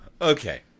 Okay